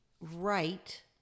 right